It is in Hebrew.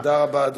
תודה רבה, אדוני.